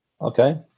Okay